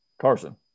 Carson